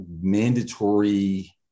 mandatory